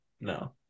no